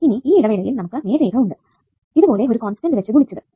ഇനി ഈ ഇടവേളയിൽ നമുക്ക് നേർരേഖ ഉണ്ട് ഇതുപോലെ ഒരു കോൺസ്റ്റന്റ് വെച്ച് ഗുണിച്ചതു